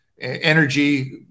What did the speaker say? energy